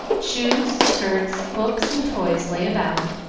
shoes, skirts, books, and toys lay about,